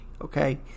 okay